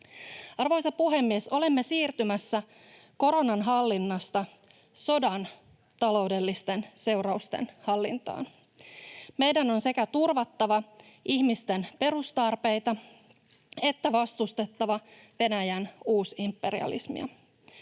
Arvoisa puhemies! Olemme siirtymässä koronan hallinnasta sodan taloudellisten seurausten hallintaan. Meidän on sekä turvattava ihmisten perustarpeita että vastustettava Venäjän uusimperialismia.